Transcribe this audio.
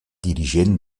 dirigent